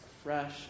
Fresh